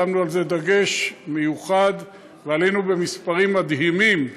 שמנו על זה דגש מיוחד, ועלינו במספרים מדהימים,